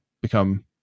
become